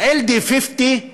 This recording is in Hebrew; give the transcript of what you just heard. ה-LD50,